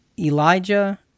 Elijah